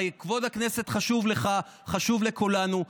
הרי כבוד הכנסת חשוב לך, חשוב לכולנו.